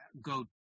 go